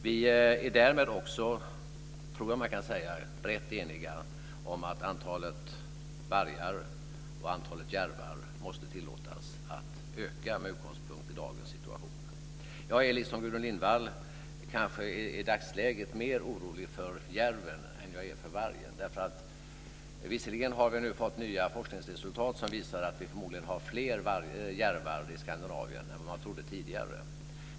Vi är därmed också rätt eniga om att antalet vargar och antalet järvar måste tillåtas öka med utgångspunkt i dagens situation. Jag är liksom Gudrun Lindvall i dagsläget kanske mer orolig för järven än för vargen. Visserligen har vi nu fått nya forskningsresultat som visar att vi förmodligen har fler järvar i Skandinavien än man trodde tidigare.